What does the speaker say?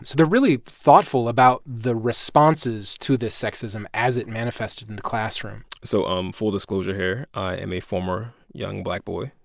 so they're really thoughtful about the responses to this sexism as it manifested in the classroom so um full disclosure here i am a former young black boy.